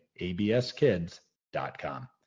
abskids.com